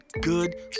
good